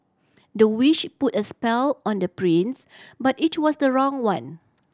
the witch put a spell on the prince but it was the wrong one